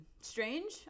Strange